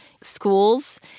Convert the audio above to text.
schools